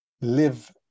live